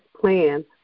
plan